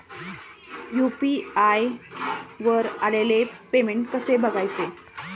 UPI वर आलेले payment कसे बघायचे?